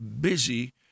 busy